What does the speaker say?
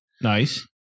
Nice